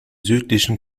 südlichen